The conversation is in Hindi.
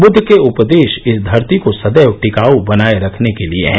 बुद्द के उपदेश इस धरती को सदैव टिकाऊ बनाए रखने के लिए हैं